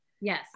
Yes